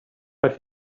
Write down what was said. but